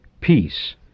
Peace